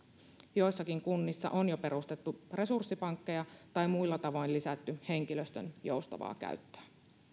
joissakin kunnissa on jo perustettu resurssipankkeja tai muilla tavoin lisätty henkilöstön joustavaa käyttöä